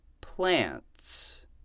plants